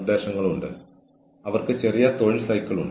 അവർ പറയുന്നതെന്തും അംഗീകരിക്കുക എന്ന് ഞാൻ പറയുന്നില്ല